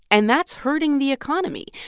and that's hurting the economy.